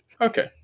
Okay